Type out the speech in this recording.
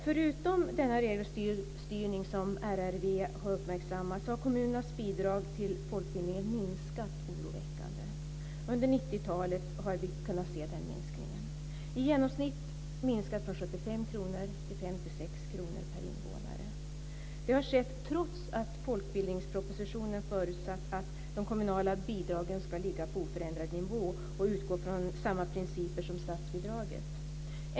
Förutom den regelstyrning som RRV har uppmärksammat har kommunernas bidrag till folkbildningen minskat oroväckande under 90-talet. I genomsnitt har det minskat från 75 kr till 56 kr per invånare. Detta har skett trots att folkbildningspropositionen förutsatt att de kommunala bidragen ska ligga på oförändrad nivå och utgå från samma principer som statsbidraget.